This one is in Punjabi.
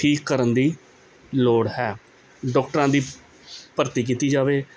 ਠੀਕ ਕਰਨ ਦੀ ਲੋੜ ਹੈ ਡਾਕਟਰਾਂ ਦੀ ਭਰਤੀ ਕੀਤੀ ਜਾਵੇ